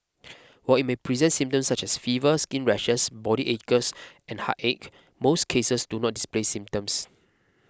while it may present symptoms such as fever skin rashes body aches and headache most cases do not display symptoms